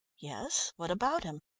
yes, what about him?